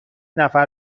نفر